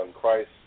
Christ